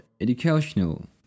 educational